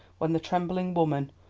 when the trembling woman,